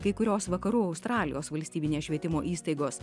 kai kurios vakarų australijos valstybinės švietimo įstaigos